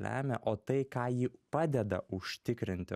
lemia o tai ką ji padeda užtikrinti